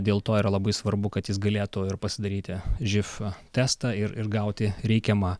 dėl to yra labai svarbu kad jis galėtų pasidaryti živ testą ir ir gauti reikiamą